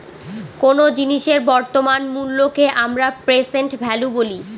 কোন জিনিসের বর্তমান মুল্যকে আমরা প্রেসেন্ট ভ্যালু বলি